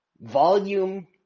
volume